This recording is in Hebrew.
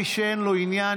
מי שאין לו עניין,